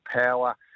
power